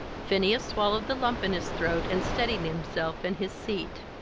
phineas swallowed the lump in his throat and steadied himself in his seat.